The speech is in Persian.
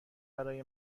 برای